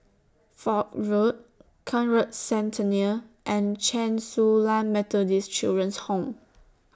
Foch Road Conrad Centennial and Chen Su Lan Methodist Children's Home